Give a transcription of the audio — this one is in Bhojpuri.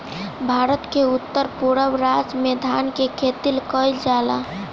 भारत के उत्तर पूरब राज में धान के खेती कईल जाला